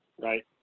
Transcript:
Right